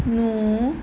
ਨੂੰ